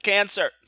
Cancer